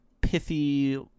pithy